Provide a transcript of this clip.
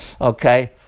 Okay